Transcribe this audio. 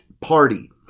party